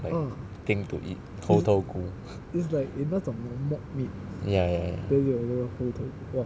like thing to eat 猴头菇 ya ya